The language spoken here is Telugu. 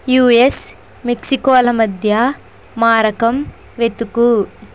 యూఎస్ మెక్సికోల మధ్య మారకం వెతుకు